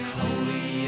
holy